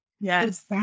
Yes